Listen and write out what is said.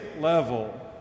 level